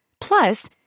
Plus